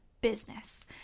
business